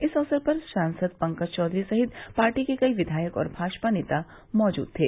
इस अवसर पर सांसद पंकज चौघरी सहित पार्टी के कई विधायक और भाजपा नेता मौजूद थे